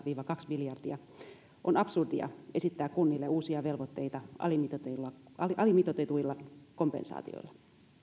viiva kaksi miljardia on absurdia esittää kunnille uusia velvoitteita alimitoitetuilla alimitoitetuilla kompensaatioilla